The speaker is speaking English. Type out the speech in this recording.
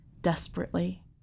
desperately